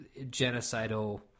genocidal